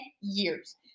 years